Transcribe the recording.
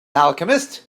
alchemist